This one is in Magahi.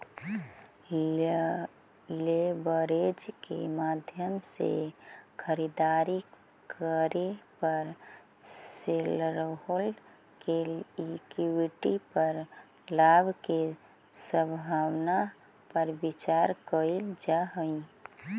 लेवरेज के माध्यम से खरीदारी करे पर शेरहोल्डर्स के इक्विटी पर लाभ के संभावना पर विचार कईल जा हई